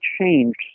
changed